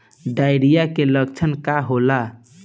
Diarrhoea के लक्षण का होला?